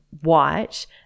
white